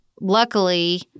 Luckily